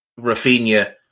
Rafinha